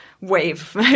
wave